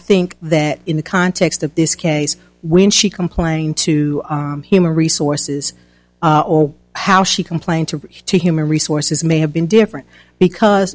think that in the context of this case when she complained to human resources or how she complained to bridge to human resources may have been different because